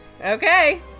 Okay